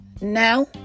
Now